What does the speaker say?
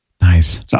Nice